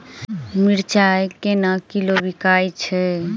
मिर्चा केना किलो बिकइ छैय?